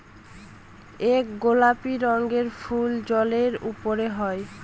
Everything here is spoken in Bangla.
এক গোলাপি রঙের ফুল জলের উপরে হয়